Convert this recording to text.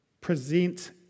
present